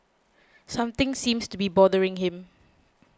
something seems to be bothering him